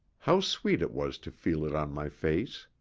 how sweet it was to feel it on my face!